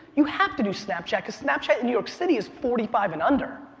you have to do snapchat because snapchat in new york city is forty five and under.